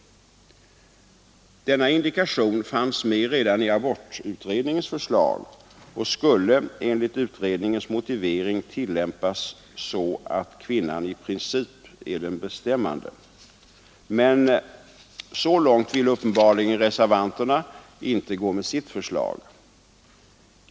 Denna indikation fanns med redan i abortutredningens förslag och skulle enligt utredningens motivering tillämpas så att kvinnan i princip är den bestämmande. Så långt vill uppenbarligen reservanterna inte gå med sitt förslag.